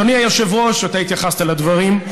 אדוני היושב-ראש, אתה התייחסת לדברים.